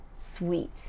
Sweet